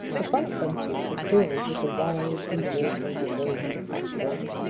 the front benches were filled with the wives and daughters of those on the platform,